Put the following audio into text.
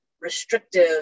restrictive